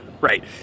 right